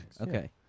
Okay